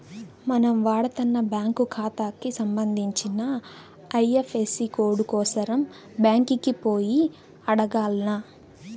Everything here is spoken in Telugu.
మనం వాడతన్న బ్యాంకు కాతాకి సంబంధించిన ఐఎఫ్ఎసీ కోడు కోసరం బ్యాంకికి పోయి అడగాల్ల